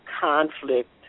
conflict